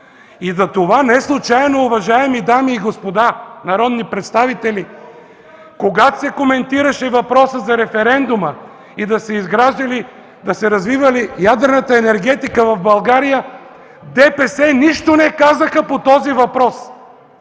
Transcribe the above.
Неслучайно, уважаеми дами и господа народни представители, когато се коментираше въпросът за референдума и да се развива ли ядрената енергетика в България, ДПС нищо не казаха по този въпрос